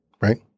right